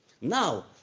Now